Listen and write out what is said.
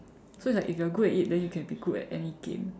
so it's like if you're good at it then you can be good at any game